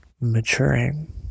maturing